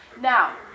Now